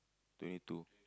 twenty two